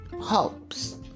hopes